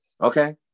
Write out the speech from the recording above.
Okay